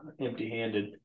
empty-handed